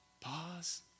pause